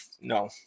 no